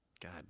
God